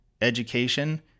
education